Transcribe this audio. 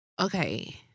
Okay